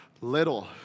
little